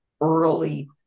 early